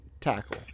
tackle